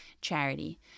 Charity